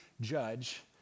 judge